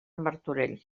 martorell